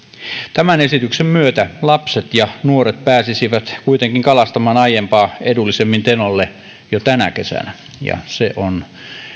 tämän esityksen myötä lapset ja nuoret pääsisivät kuitenkin kalastamaan aiempaa edullisemmin tenolle jo tänä kesänä ja se on